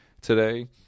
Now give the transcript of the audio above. today